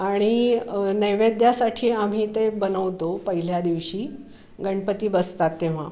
आणि नैवेद्यासाठी आम्ही ते बनवतो पहिल्या दिवशी गणपती बसतात तेव्हा